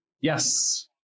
Yes